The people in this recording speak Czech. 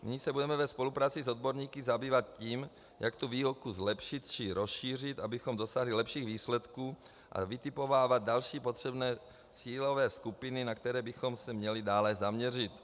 Nyní se budeme ve spolupráci s odborníky zabývat tím, jak tu výuku zlepšit či rozšířit, abychom dosáhli lepších výsledků, a vytipovávat další potřebné cílové skupiny, na které bychom se měli dále zaměřit.